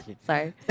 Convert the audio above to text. Sorry